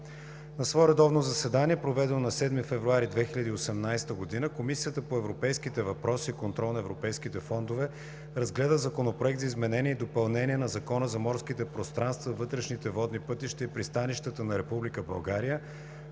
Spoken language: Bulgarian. На свое редовно заседание, проведено на 7 февруари 2018 г., Комисията по европейските въпроси и контрол на европейските фондове разгледа Законопроекта за изменение и допълнение на Закона за морските пространства, вътрешните водни пътища и пристанищата на